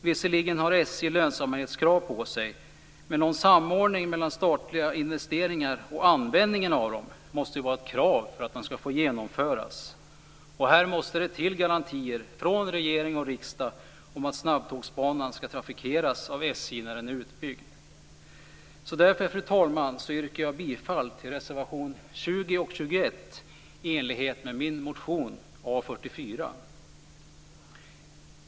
Visserligen har SJ lönsamhetskrav på sig, men en samordning mellan statliga investeringar och användningen av dem måste vara ett krav för att sådana här projekt skall få genomföras. Det måste här till garantier från regering och riksdag om att snabbtågsbanan skall trafikeras av SJ när den är utbyggd. Därför, fru talman, yrkar jag bifall till reservationerna 20 och 21 i enlighet med min motion A44.